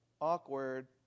awkward